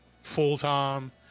full-time